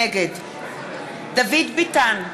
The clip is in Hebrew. נגד דוד ביטן,